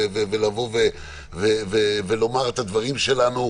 לומר את הדברים שלנו,